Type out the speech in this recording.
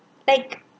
like